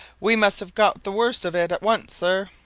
we must have got the worst of it at once, sir.